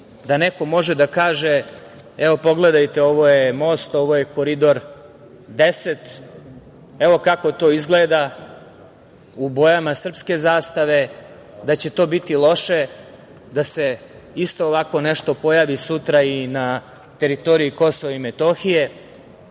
da neko može da kaže – evo pogledajte ovo je most, ovo je Koridor 10, evo kako to izgleda u bojama srpske zastave, da će to biti loše da se isto ovako nešto pojavi sutra i na teritoriji Kosova i Metohije,